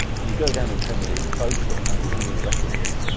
but you go down in premier league folklore now, you're going to be in the record books,